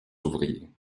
ouvriers